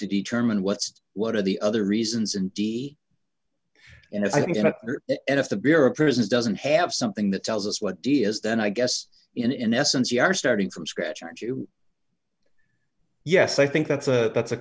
to determine what's what are the other reasons and you know i think if the bureau of prisons doesn't have something that tells us what d d is then i guess in essence you are starting from scratch aren't you yes i think that's a that's a